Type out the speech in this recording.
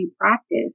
practice